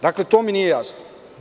Dakle, to mi nije jasno.